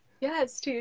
yes